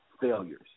failures